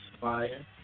fire